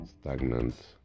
stagnant